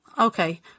Okay